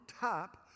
top